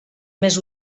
més